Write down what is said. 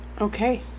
Okay